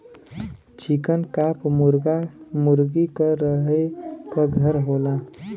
चिकन coop मुरगा मुरगी क रहे क घर होला